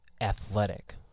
athletic